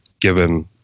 given